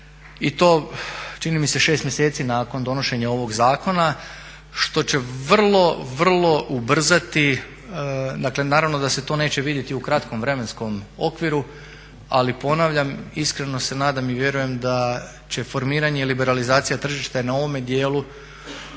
i to čini mi se 6 mjeseci nakon donošenja ovog zakona što će vrlo, vrlo ubrzati, dakle naravno da se to neće vidjeti u kratkom vremenskom okviru ali ponavljam iskreno se nadam i vjerujem da će formiranje i liberalizacija tržišta na ovome dijelu